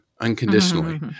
unconditionally